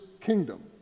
kingdom